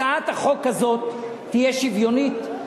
הצעת החוק הזאת תהיה שוויונית,